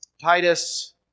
Titus